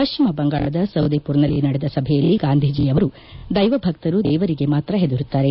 ಪಶ್ಚಿಮ ಬಂಗಾಳದ ಸೌದೇಪುರ್ನಲ್ಲಿ ನಡೆದ ಸಭೆಯಲ್ಲಿ ಗಾಂಧೀಜಿ ಅವರು ದೈವಭಕ್ತರು ದೇವರಿಗೆ ಮಾತ್ರ ಹೆದರುತ್ತಾರೆ